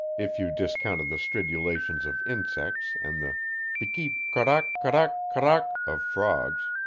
if you discounted the stridulations of insects and the be-ke korak-korak-korak of frogs.